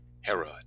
Herod